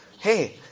Hey